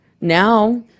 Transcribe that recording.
Now